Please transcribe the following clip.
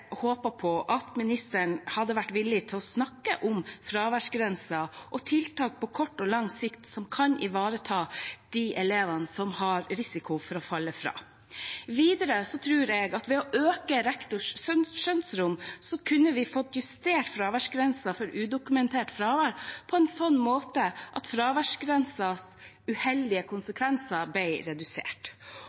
på at ministeren hadde vært villig til å snakke om fraværsgrensen og tiltak på kort og lang sikt som kan ivareta de elevene som har risiko for å falle fra. Videre tror jeg at vi ved å øke rektors skjønnsrom kunne fått justert fraværsgrensen for udokumentert fravær på en slik måte at fraværsgrensens uheldige konsekvenser ble redusert.